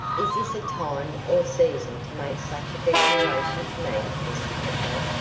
is this a time or season to make such a declaration to me, mr capel?